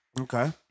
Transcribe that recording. Okay